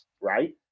right